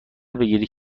بگیرید